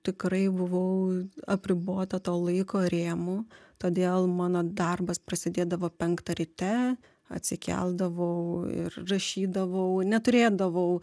tikrai buvau apribota to laiko rėmų todėl mano darbas prasidėdavo penktą ryte atsikeldavau ir rašydavau neturėdavau